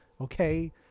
okay